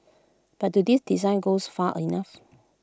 but do these designs goes far enough